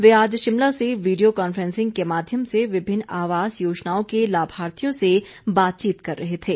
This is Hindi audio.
वे आज शिमला से वीडियो कॉन्फ्रेंसिंग के माध्यम से विभिन्न आवास योजनाओं के लाभार्थियों से बातचीत कर रहे थे